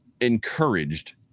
encouraged